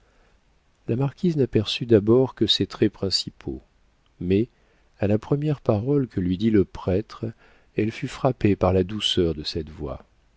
la marquise n'aperçut d'abord que ces traits principaux mais à la première parole que lui dit le prêtre elle fut frappée par la douceur de cette voix